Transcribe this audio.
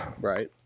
Right